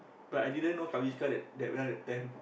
but I didn't know Kaviska that that well that time